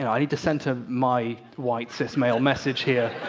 i need to center my white, cis, male message here.